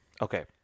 Okay